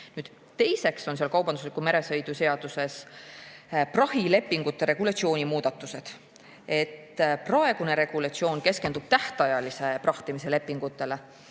Teiseks tehakse kaubandusliku meresõidu seaduses prahilepingute regulatsiooni muudatused. Praegune regulatsioon keskendub tähtajalise prahtimise lepingutele,